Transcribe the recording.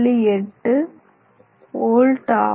8 volt ஆகும்